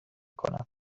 کنم